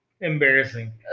embarrassing